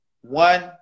One